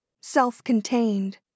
self-contained